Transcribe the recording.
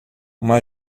uma